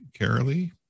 Carolee